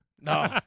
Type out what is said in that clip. no